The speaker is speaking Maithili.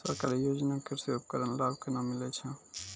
सरकारी योजना के कृषि उपकरण लाभ केना मिलै छै?